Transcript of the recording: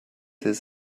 his